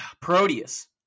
Proteus